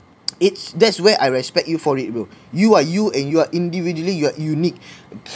it's that's where I respect you for it bro you are you and you are individually you are unique